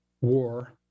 war